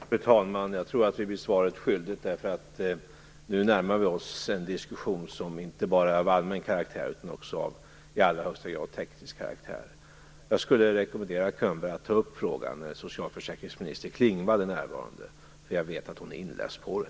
Fru talman! Jag tror att jag blir svaret skyldig. Vi närmar oss nu en diskussion som inte bara är av allmän karaktär utan också i allra högsta grad av teknisk karaktär. Jag rekommenderar Bo Könberg att ta upp frågan när socialförsäkringsminister Klingvall är närvarande, eftersom jag vet att hon är inläst på den.